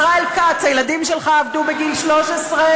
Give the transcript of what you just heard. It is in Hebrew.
ישראל כץ, הילדים שלך עבדו בגיל 13?